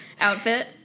outfit